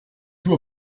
tout